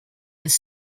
his